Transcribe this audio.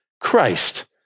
Christ